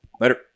later